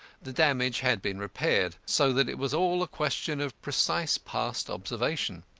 the damage had been repaired, so that it was all a question of precise past observation.